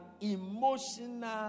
emotional